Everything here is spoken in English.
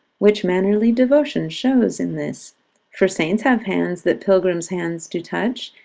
which mannerly devotion shows in this for saints have hands that pilgrims' hands do touch,